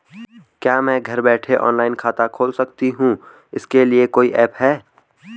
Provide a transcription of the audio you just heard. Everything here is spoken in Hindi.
क्या मैं घर बैठे ऑनलाइन खाता खोल सकती हूँ इसके लिए कोई ऐप है?